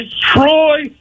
troy